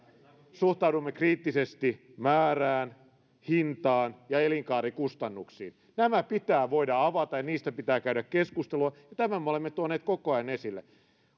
suhtaudumme kriittisesti määrään hintaan ja elinkaarikustannuksiin nämä pitää voida avata ja niistä pitää käydä keskustelua ja tämän me olemme tuoneet koko ajan esille